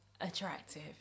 attractive